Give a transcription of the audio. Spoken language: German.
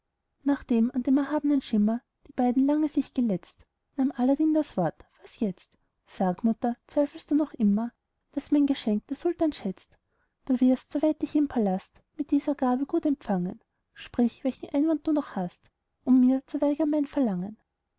nachdem an dem erhabnen schimmer die beiden lange sich geletzt nahm aladdin das wort was jetzt sag mutter zweifelst du noch immer daß mein geschenk der sultan schätzt du wirst so wett ich im palast mit dieser gabe gut empfangen sprich welchen einwand du noch hast um mir zu weigern mein verlangen